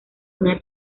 una